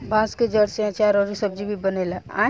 बांस के जड़ से आचार अउर सब्जी भी बनेला